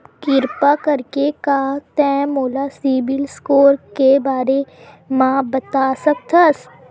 किरपा करके का तै मोला सीबिल स्कोर के बारे माँ बता सकथस?